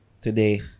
today